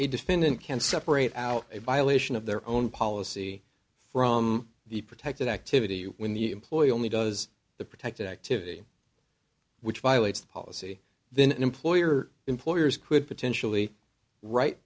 defendant can separate out a violation of their own policy from the protected activity when the employee only does the protected activity which violates the policy then an employer employers could potentially wri